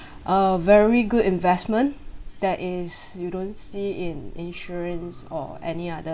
a very good investment that is you don't see in insurance or any other